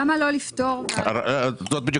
למה לא לפטור --- בדיוק,